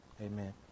Amen